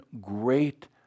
great